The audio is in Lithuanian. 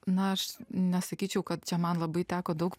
na aš nesakyčiau kad čia man labai teko daug